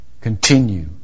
continue